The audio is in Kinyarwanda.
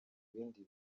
bindi